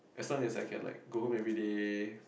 as long as I can like go every day